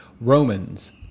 Romans